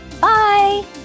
Bye